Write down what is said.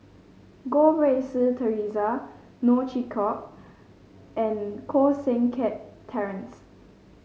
Goh Rui Si Theresa Neo Chwee Kok and Koh Seng Kiat Terence